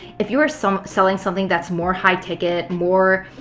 if you are so selling something that's more high ticket, more